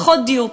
פחות דיור,